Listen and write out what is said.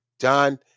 John